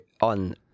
on